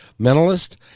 mentalist